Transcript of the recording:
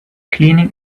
cleaning